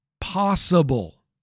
possible